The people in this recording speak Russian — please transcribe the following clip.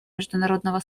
международного